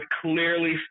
clearly